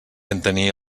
entenia